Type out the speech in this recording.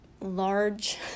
large